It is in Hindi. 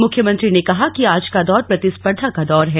मुख्यमंत्री ने कहा कि आज का दौर प्रतिस्पर्धा का दौर है